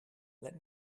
let